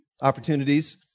opportunities